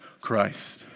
Christ